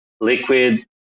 liquid